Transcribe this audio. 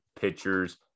Pitchers